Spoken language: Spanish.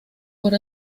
por